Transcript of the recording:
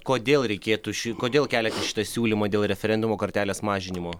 kodėl reikėtų ši kodėl keliat šitą siūlymą dėl referendumo kartelės mažinimo